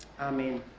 Amen